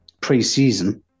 pre-season